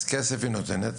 אז כסף היא נותנת.